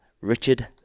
Richard